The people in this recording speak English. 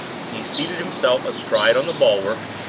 he seated himself astride on the bulwark,